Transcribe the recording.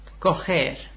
coger